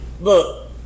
Look